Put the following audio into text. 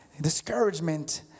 discouragement